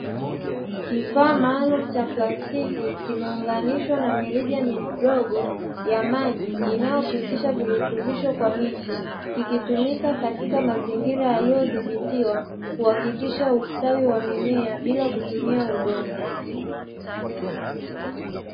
Kifaa maalumu cha plastiki kimeunganishwa na mirija midogo ya maji, inayopitisha virutubisho kwa miche kikitumika katika mazingira yaliyodhibitiwa kuhakikisha ustawi wa mimea bila kutumia udongo.